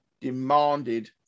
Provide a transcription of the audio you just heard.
demanded